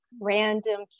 random